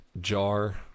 Jar